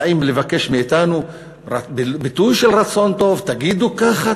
ואם לבקש מאתנו רק ביטוי של רצון טוב: תגידו ככה,